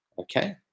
okay